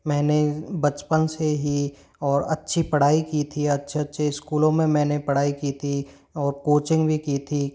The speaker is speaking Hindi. मैंने बचपन से ही और अच्छी पढ़ाई की थी अच्छे अच्छे स्कूलों में मैंने पढ़ाई की थी और कोचिंग भी की थी